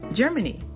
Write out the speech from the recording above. Germany